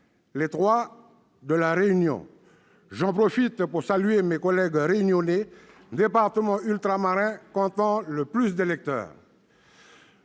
les trois de La Réunion. J'en profite pour saluer mes collègues Réunionnais, département ultramarin comptant le plus d'électeurs.